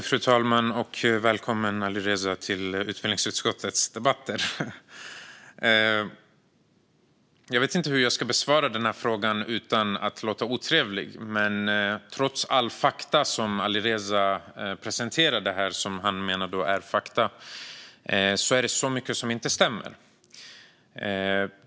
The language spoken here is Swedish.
Fru talman! Välkommen, Alireza, till utbildningsutskottets debatter! Jag vet inte hur jag ska besvara frågan utan att låta otrevlig. Trots alla fakta som Alireza presenterade här, som han menar är fakta, är det så mycket som inte stämmer.